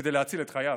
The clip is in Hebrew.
כדי להציל את חייו.